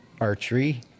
archery